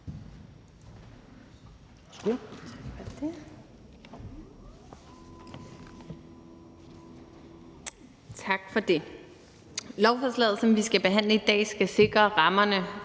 Tak for det. Lovforslaget, som vi behandler i dag, skal sikre rammerne